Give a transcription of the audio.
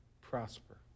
prosper